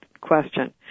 question